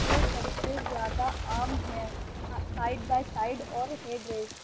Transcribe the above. دو سب سے زیادہ عام ہیں سایڈ بائی سایڈ اور ہیڈ ریس